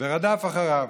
ורדף אחריו.